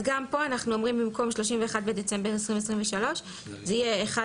זה יטופל, זה יטופל, זה לא דבר שיעכב.